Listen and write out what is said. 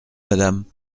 madame